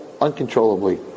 Uncontrollably